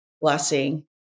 blessing